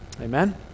Amen